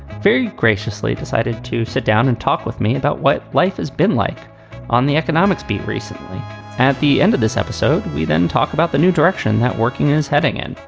very graciously decided to sit down and talk with me about what life has been like on the economics beat recently at the end of this episode. we then talk about the new direction that working is heading in.